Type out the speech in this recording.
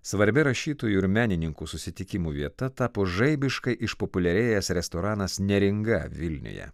svarbi rašytojų ir menininkų susitikimų vieta tapo žaibiškai išpopuliarėjęs restoranas neringa vilniuje